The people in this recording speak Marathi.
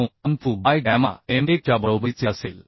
9An Fu बाय गॅमा m1च्या बरोबरीचे असेल